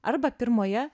arba pirmoje